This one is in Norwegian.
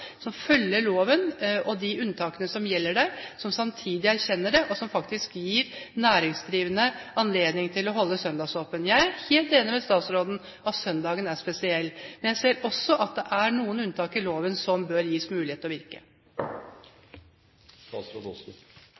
som følger loven og de unntakene som gjelder der, som samtidig erkjenner det, og som faktisk gir næringsdrivende anledning til å holde søndagsåpent. Jeg er helt enig med statsråden i at søndagen er spesiell, men jeg ser også at det er noen unntak i loven som bør gis mulighet til å virke.